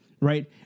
Right